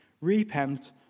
Repent